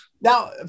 Now